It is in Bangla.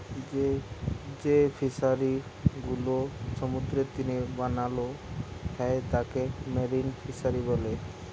যেই ফিশারি গুলো সমুদ্রের তীরে বানাল হ্যয় তাকে মেরিন ফিসারী ব্যলে